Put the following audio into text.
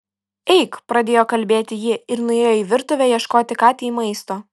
eik pradėjo kalbėti ji ir nuėjo į virtuvę ieškoti katei maisto